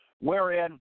wherein